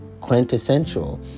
quintessential